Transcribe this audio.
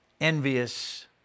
envious